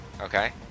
Okay